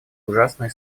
ужасные